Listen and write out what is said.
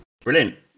Brilliant